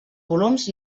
volums